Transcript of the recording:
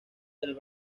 del